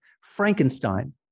Frankenstein